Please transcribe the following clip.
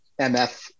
MF